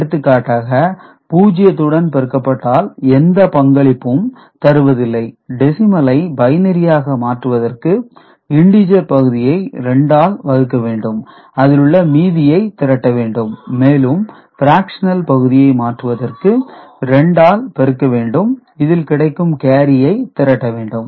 எடுத்துக்காட்டாக இது 0 உடன் பெருக்கப்பட்டால் எந்த பங்களிப்பும் தருவதில்லை டெசிமலை பைனரியாக மாற்றுவதற்கு இண்டீஜர் பகுதியை 2 ஆல் வகுக்க வேண்டும் அதிலுள்ள மீதியை திரட்ட வேண்டும் மேலும் பிராக்சனல் பகுதியை மாற்றுவதற்கு 2 பெருக்க வேண்டும் இதில் கிடைக்கும் கேரியை திரட்ட வேண்டும்